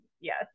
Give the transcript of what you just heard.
Yes